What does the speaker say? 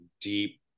deep